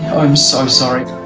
i'm so sorry.